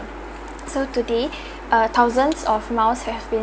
so today a thousand of miles have been